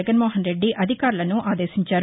జగన్మోహన్రెడ్డి అధికారులను ఆదేశించారు